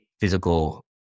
physical